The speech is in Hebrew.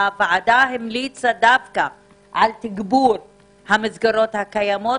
הוועדה המליצה על תגבור המסגרות הקיימות,